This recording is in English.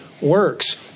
works